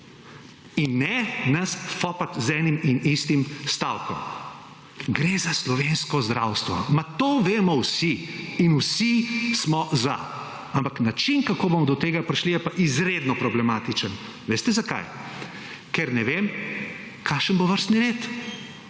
In ne nas fopat z enim in istim stavkom, gre za slovensko zdravstvo. Ma to vemo vsi in vsi smo za, ampak način, kako bomo do tega prišli, je pa izredno problematičen. Veste, zakaj? Ker ne vem, kakšen bo vrstni red.